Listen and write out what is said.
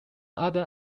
other